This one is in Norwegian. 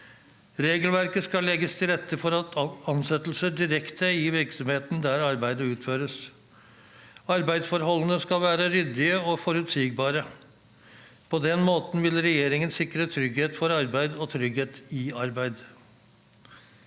Regelverket skal legge til rette for ansettelser direkte i virksomheten der arbeidet utføres. Arbeidsforholdene skal være ryddige og forutsigbare. På den måten vil regjeringen sikre trygghet for arbeid og trygghet i arbeid.